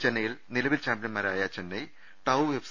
ചെന്നൈയിൽ നിലവിൽ ചാമ്പ്യന്മാരായ ചെന്നൈ ടാവു എഫ്